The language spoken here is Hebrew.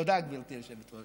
תודה, גברתי היושבת-ראש.